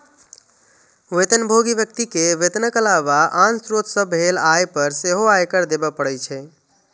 वेतनभोगी व्यक्ति कें वेतनक अलावा आन स्रोत सं भेल आय पर सेहो आयकर देबे पड़ै छै